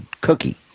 cookie